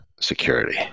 security